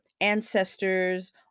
ancestors